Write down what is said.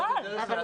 חבל.